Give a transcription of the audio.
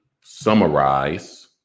summarize